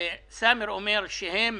סאמר משעל אומר שהם